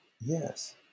yes